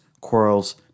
quarrels